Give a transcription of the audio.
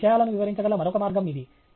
మీరు విషయాలను వివరించగల మరొక మార్గం ఇది